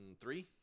three